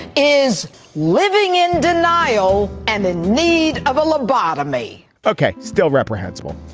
is living in denial and in need of a la bottom me ok. still reprehensible.